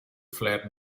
fled